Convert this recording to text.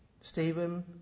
Stephen